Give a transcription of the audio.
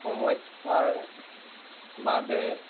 সমস্যাৰ বাবে